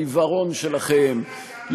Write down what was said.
העיוורון שלכם,